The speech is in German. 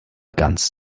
ganz